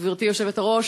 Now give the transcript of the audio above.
גברתי היושבת-ראש,